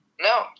no